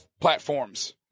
platforms